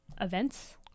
events